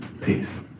Peace